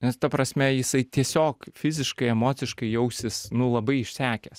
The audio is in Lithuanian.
nes ta prasme jisai tiesiog fiziškai emociškai jausis nu labai išsekęs